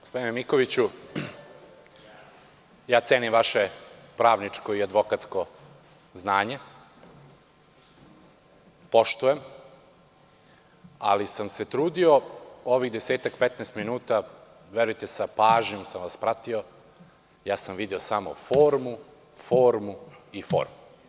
Gospodine Mikoviću, cenim vaše pravničko i advokatsko znanje, poštujem, ali sam se trudio ovih 10-15 minuta, verujte, s pažnjom sam vas pratio, video sam samo formu, formu i formu.